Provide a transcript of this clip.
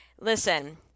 Listen